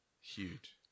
Huge